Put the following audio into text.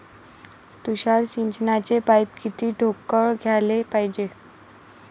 तुषार सिंचनाचे पाइप किती ठोकळ घ्याले पायजे?